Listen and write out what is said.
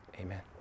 amen